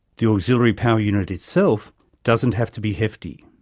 the auxiliary power unit itself doesn't have to be hefty.